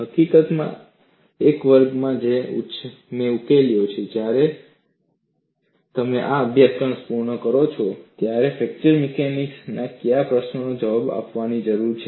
હકીકતમાં એક વર્ગમાં મેં ઉછેર્યો જ્યારે તમે આ અભ્યાસક્રમ પૂર્ણ કરો છો ત્યારે ફ્રેક્ચર મિકેનિક્સ ને કયા પ્રશ્નોના જવાબ આપવાની જરૂર છે